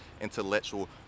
intellectual